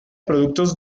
productos